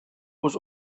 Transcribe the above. was